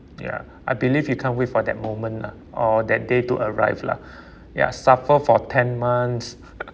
ya I believe you can't wait for that moment lah or that day to arrive lah ya suffer for ten months